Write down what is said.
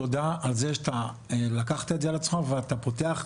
תודה על זה שאתה לקחת את זה על עצמך ואתה פותח